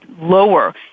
lower